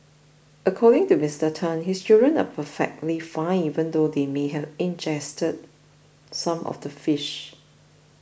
according to Tan his children are perfectly fine even though they may have ingested some of the fish